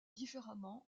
différemment